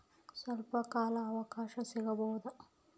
ಸ್ವಲ್ಪ ಕಾಲ ಅವಕಾಶ ಸಿಗಬಹುದಾ?